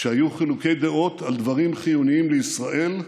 כשהיו חילוקי דעות על דברים חיוניים לישראל,